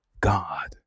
God